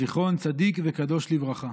זיכרון צדיק וקדוש לברכה.